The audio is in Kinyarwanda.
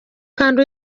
kandi